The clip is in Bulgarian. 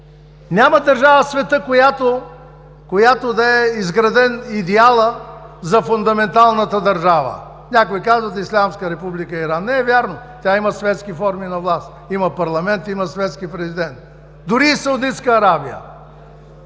Няма държава в света, в която да е изграден идеалът за фундаменталната държава. Някои казват „Ислямска република Иран“. Не е вярно! Тя има светски форми на власт – има парламент, има светски президент. Дори и Саудитска Арабия.